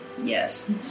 Yes